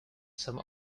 some